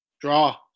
Draw